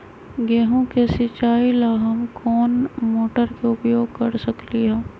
गेंहू के सिचाई ला हम कोंन मोटर के उपयोग कर सकली ह?